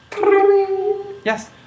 Yes